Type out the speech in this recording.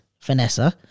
Vanessa